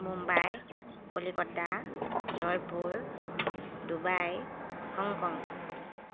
Mumbai Calcutta Jaipur Dubai Hong Kong